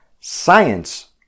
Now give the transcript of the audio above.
Science